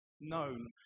known